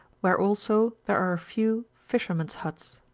where also there are a few fishermen s huts.